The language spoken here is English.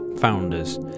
founders